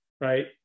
right